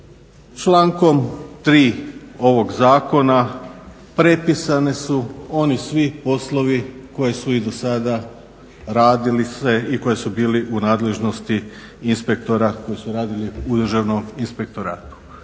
Člankom 3. ovog zakona prepisani su oni svi poslovi koji su i do sada radili se i koji su bili u nadležnosti inspektora koji su radili u Državnom inspektoratu.